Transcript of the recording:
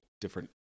different